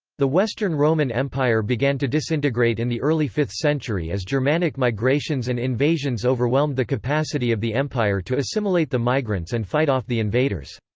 the western roman empire began to disintegrate in the early fifth century as germanic migrations and invasions overwhelmed the capacity of the empire to assimilate the migrants and fight off the invaders.